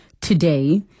Today